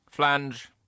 Flange